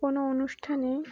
কোনো অনুষ্ঠানে